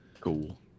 Cool